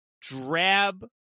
drab